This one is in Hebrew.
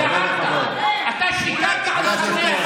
לא, נשמה, אני פה כל יום עד הבוקר, יש הוכחות,